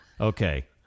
Okay